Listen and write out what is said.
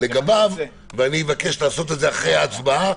לגביו ואני אבקש לעשות את זה אחרי ההצבעה.